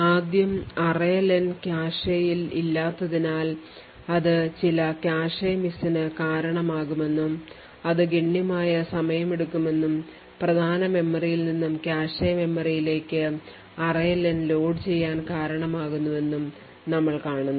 ആദ്യം array len കാഷെയിൽ ഇല്ലാത്തതിനാൽ ഇത് ചില കാഷെ miss ന് കാരണമാകുമെന്നും അത് ഗണ്യമായ സമയമെടുക്കുമെന്നും പ്രധാന മെമ്മറിയിൽ നിന്നും കാഷെ മെമ്മറിയിലേക്ക് array len ലോഡുചെയ്യാൻ കാരണമാകുമെന്നും ഞങ്ങൾ കാണുന്നു